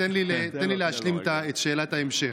תן לי להשלים את שאלת ההמשך.